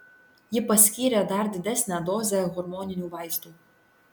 ji paskyrė dar didesnę dozę hormoninių vaistų